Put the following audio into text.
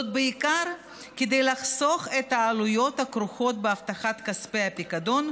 בעיקר כדי לחסוך את העלויות הכרוכות בהבטחת כספי הפיקדון,